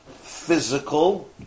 physical